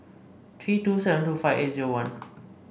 three two seven two five eight zero one